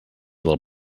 del